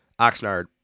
Oxnard